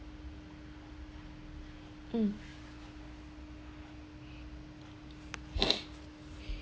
mm